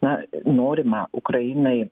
na norima ukrainai